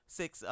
six